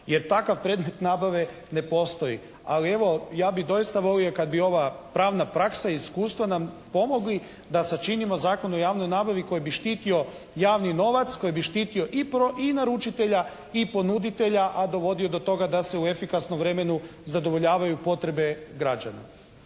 takve nabave ne postoji. Ali evo, ja bi doista volio kad bi ova pravna praksa i iskustvo nam pomogli da sačinimo Zakon o javnoj nabavi koji bi štitio javni novac, koji bi štitio i naručitelja i ponuditelja a dovodio do toga da se u efikasnom vremenu zadovoljavaju potrebe građana.